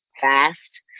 fast